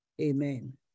Amen